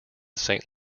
saint